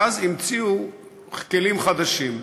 ואז המציאו כלים חדשים,